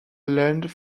land